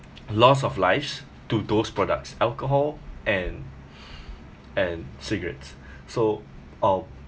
loss of lives to those products alcohol and and cigarettes so I'll